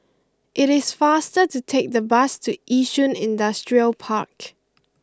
it is faster to take the bus to Yishun Industrial Park